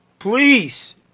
Please